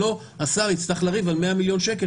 ושהשר לא יצטרך לריב על 100 מיליון שקל,